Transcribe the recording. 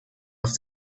off